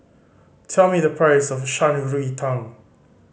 tell me the price of Shan Rui Tang